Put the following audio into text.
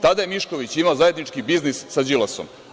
Tada je Mišković imao zajednički biznis sa Đilasom.